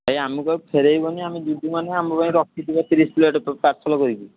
ଭାଇ ଆମକୁ ଆଉ ଫେରେଇବନି ଆମେ ଯିବୁ ମାନେ ଆମପାଇଁ ରଖିଥିବ ତିରିଶ ପ୍ଲେଟ୍ ପାର୍ସଲ କରିକି